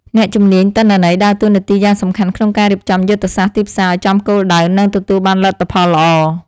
អ្នកជំនាញទិន្នន័យដើរតួនាទីយ៉ាងសំខាន់ក្នុងការរៀបចំយុទ្ធសាស្ត្រទីផ្សារឱ្យចំគោលដៅ និងទទួលបានលទ្ធផលល្អ។